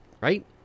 right